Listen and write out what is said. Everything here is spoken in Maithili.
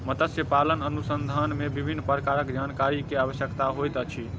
मत्स्य पालन अनुसंधान मे विभिन्न प्रकारक जानकारी के आवश्यकता होइत अछि